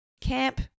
Camp